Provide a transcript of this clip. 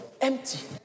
Empty